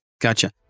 gotcha